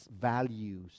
values